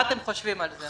מה אתם חושבים על זה?